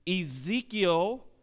Ezekiel